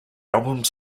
albums